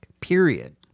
Period